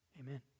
amen